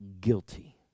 guilty